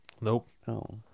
nope